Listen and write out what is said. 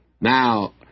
Now